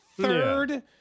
third